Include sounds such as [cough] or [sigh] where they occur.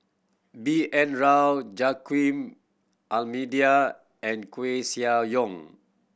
B N Rao Joaquim [unintelligible] and Koeh Sia Yong